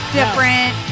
different